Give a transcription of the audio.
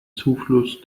zufluss